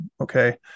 okay